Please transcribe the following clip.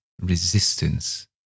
resistance